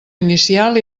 inicial